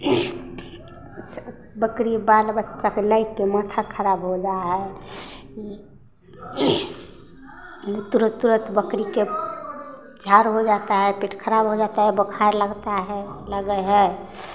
बकरी बाल बच्चाके लएके माथा खराब हो जाए हइ तुरन्त तुरन्त बकरीके झाड़ हो जाता है पेट खराब हो जाता है बोखार लगता है लगै हइ